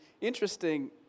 interesting